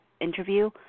interview